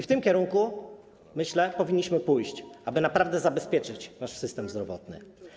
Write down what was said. W tym kierunku, myślę, powinniśmy zmierzać, aby naprawdę zabezpieczyć nasz system zdrowotny.